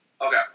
Okay